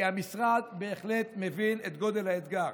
כי המשרד בהחלט מבין את גודל האתגר.